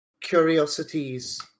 curiosities